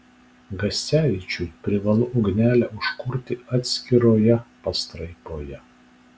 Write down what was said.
gascevičiui privalu ugnelę užkurti atskiroje pastraipoje